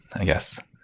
i guess.